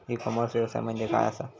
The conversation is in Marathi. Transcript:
ई कॉमर्स व्यवसाय म्हणजे काय असा?